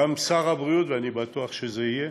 גם שר הבריאות, ואני בטוח שזה יהיה,